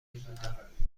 بودم